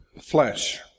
flesh